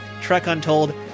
trekuntold